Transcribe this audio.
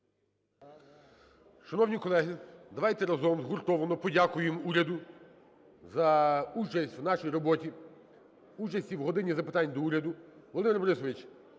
Шановні колеги, давайте разом, згуртовано подякуємо уряду за участь у нашій роботі, участі в "годині запитань до Уряду". Володимире Борисовичу,